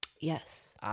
Yes